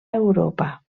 europa